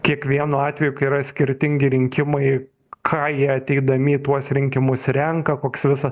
kiekvienu atveju kai yra skirtingi rinkimai ką jie ateidami į tuos rinkimus renka koks visa